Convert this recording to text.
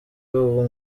ubu